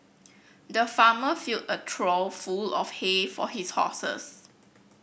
the farmer filled a trough full of hay for his horses